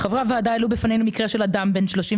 "חברי הוועדה העלו בפנינו מקרה של אדם בן 39